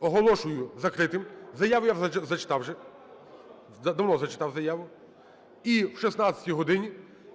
оголошую закритим. Заяви я зачитав вже. Давно зачитав заяву. І о 16 годині